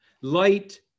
light